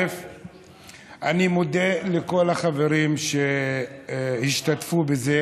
אני מודה לכל החברים שהשתתפו בזה.